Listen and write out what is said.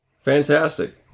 Fantastic